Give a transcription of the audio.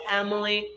emily